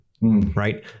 right